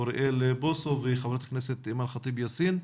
אוריאל בוסו ואימאן ח'טיב יאסין,